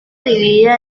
dividida